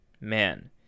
man